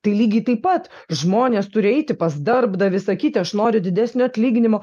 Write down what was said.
tai lygiai taip pat žmonės turi eiti pas darbdavį sakyti aš noriu didesnio atlyginimo